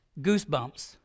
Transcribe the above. goosebumps